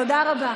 תודה רבה.